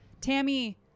Tammy